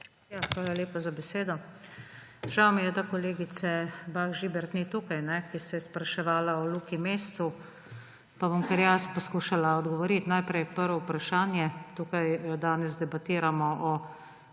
Hvala lepa za besedo. Žel mi je, da kolegice Bah Žibert ni tukaj, ki se je spraševala o Luki Mescu. Pa bom kar jaz poskušala odgovoriti. Najprej prvo vprašanje. Tukaj danes debatiramo o